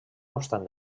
obstant